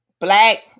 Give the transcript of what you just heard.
black